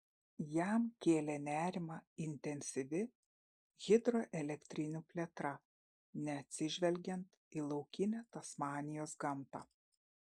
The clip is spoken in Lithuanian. jam kėlė nerimą intensyvi hidroelektrinių plėtra neatsižvelgiant į laukinę tasmanijos gamtą